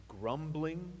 grumbling